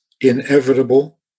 inevitable